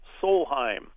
Solheim